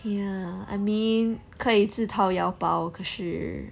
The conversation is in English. ya I mean 可以自掏腰包可是